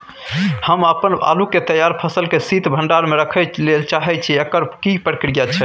हम अपन आलू के तैयार फसल के शीत भंडार में रखै लेल चाहे छी, एकर की प्रक्रिया छै?